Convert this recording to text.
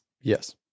Yes